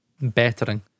bettering